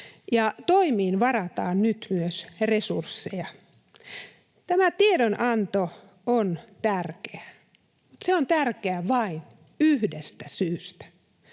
toimiin varataan nyt myös resursseja. Tämä tiedonanto on tärkeä. Se on tärkeä vain yhdestä syystä.